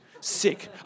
sick